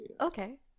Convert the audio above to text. okay